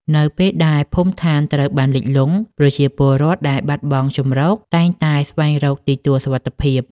នៅពេលដែលភូមិឋានត្រូវបានលិចលង់ ប្រជាពលរដ្ឋដែលបាត់បង់ជម្រកតែងតែស្វែងរកទីទួលសុវត្ថិភាព។